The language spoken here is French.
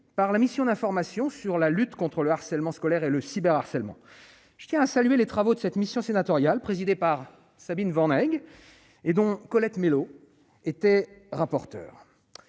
par la mission d'information sur la lutte contre le harcèlement scolaire et le cyberharcèlement, je tiens à saluer les travaux de cette mission sénatoriale présidée par Sabine et donc Colette Mélot était rapporteur